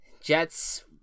Jets